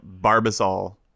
Barbasol